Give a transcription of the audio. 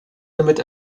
damit